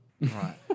Right